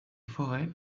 forêts